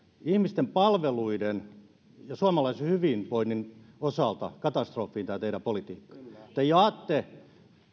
ihmisten palveluiden ja suomalaisten hyvinvoinnin osalta katastrofiin te jaatte